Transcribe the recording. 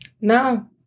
No